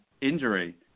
injury